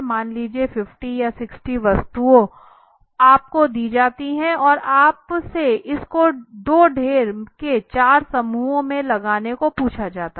मान लीजिए 50 या 60 वस्तुओं आप को दी जाती है और आप से इस को दो ढेर के चार समूहों में लगाने को पूछा जाता है